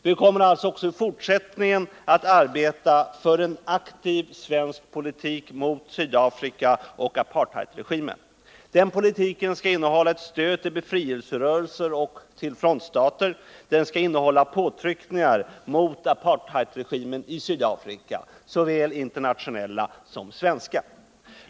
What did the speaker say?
Vi kommer alltså även i fortsättningen att arbeta för en aktiv svensk politik mot Sydafrika och apartheidregimen. Den politiken skall innehålla ett stöd till befrielserörelser och till frontstater. Den skall innehålla påtryckningar mot apartheidregimen i Sydafrika, såväl internationella som svenska.